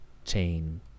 chain